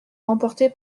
remportée